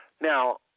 Now